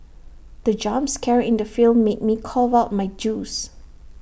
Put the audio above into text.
the jump scare in the film made me cough out my juice